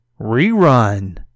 rerun